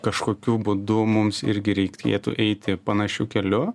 kažkokiu būdu mums irgi reikėtų eiti panašiu keliu